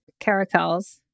caracals